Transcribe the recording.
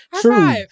True